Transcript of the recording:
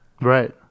Right